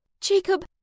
Jacob